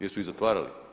Jesu ih zatvarali?